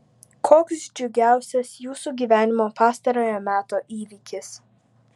koks džiugiausias jūsų gyvenimo pastarojo meto įvykis